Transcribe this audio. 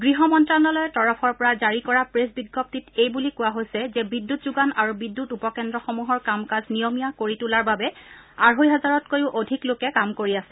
গৃহ মন্ত্ৰণালয়ৰ তৰফৰ পৰা জাৰি কৰা প্ৰেছ বিজ্ঞপ্তিত এই বুলি কোৱা হৈছে যে বিদ্যুৎ যোগান আৰু বিদ্যুৎ উপ কেন্দ্ৰসমূহৰ কাম কাজ নিয়মীয়া কৰি তোলাৰ বাবে আঢ়ৈ হাজাৰতকৈও অধিক লোকে কাম কৰি আছে